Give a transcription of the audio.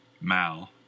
Mal